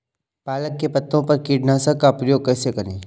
पालक के पत्तों पर कीटनाशक का प्रयोग कैसे करें?